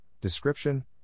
description